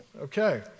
Okay